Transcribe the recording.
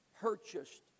purchased